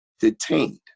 detained